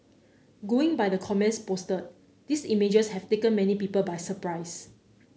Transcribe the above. going by the comments posted these images have taken many people by surprise